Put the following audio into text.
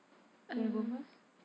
want to go first